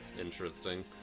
Interesting